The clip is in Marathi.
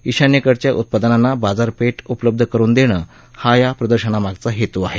ईशान्यकडच्या उत्पादनाना बाजारपेठ उपलब्ध करुन देणं हा या प्रदर्शनामागचा हेतू आहे